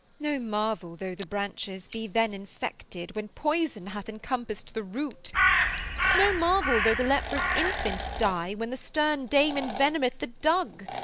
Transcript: no marvel though the branches be then infected, when poison hath encompassed the root no marvel though the leprous infant die, when the stern dame invenometh the dug.